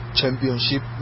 championship